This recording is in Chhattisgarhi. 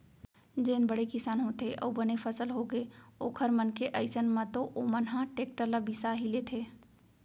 जेन बड़े किसान होथे अउ बने फसल होगे ओखर मन के अइसन म तो ओमन ह टेक्टर ल बिसा ही लेथे